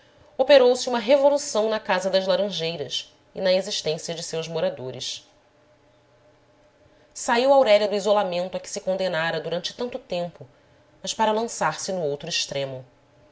singular operou se uma revolução na casa das laranjeiras e na existência de seus moradores saiu aurélia do isolamento a que se condenara durante tanto tempo mas para lançar-se no outro extremo